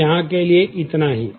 तो यहां के लिए इतना ही